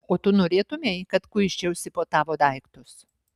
o tu norėtumei kad kuisčiausi po tavo daiktus